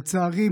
לצערי,